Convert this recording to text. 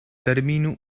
termínu